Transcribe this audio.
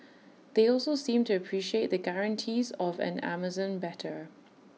and they also seemed to appreciate the guarantees of an Amazon better